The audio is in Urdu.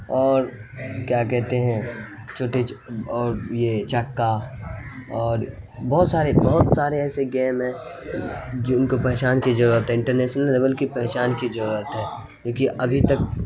اور کیا کہتے ہیں چھوٹے اور یہ چکا اور بہت سارے بہت سارے ایسے گیم ہیں جن کو پہچان کی ضرورت ہے انٹرنیسل لیول کی پہچان کی ضرورت ہے کیوںکہ ابھی تک